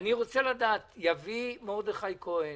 אני רוצה לדעת, יביא מרדכי כהן,